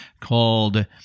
called